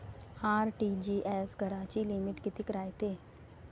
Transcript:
RTGS कराची limit कितीक रायते?